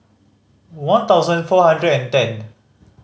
one thousand four hundred and ten